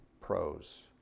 pros